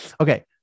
Okay